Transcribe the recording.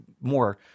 more